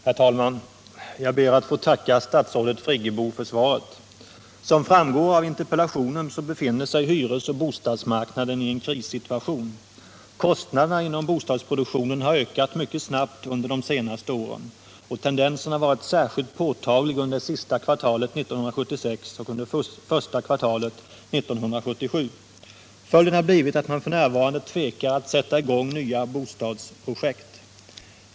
Herr talman! Jag ber att få tacka statsrådet Friggebo för svaret. Som framgår av interpellationen befinner sig hyresoch bostadsmarknaden i en krissituation. Kostnaderna inom bostadsproduktionen har ökat mycket snabbt under de senaste åren. Tendensen har varit särskilt påtaglig under sista kvartalet 1976 och under första kvartalet 1977. Följden har blivit att man f. n. tvekar att sätta i gång nya bostadsprojekt.